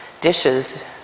dishes